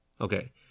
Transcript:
Okay